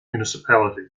municipality